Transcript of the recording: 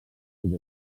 sud